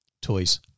toys